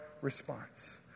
response